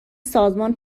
سازمان